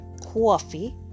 coffee